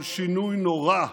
אבל שינוי נורא,